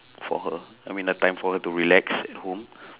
for her I mean a time for her to relax at home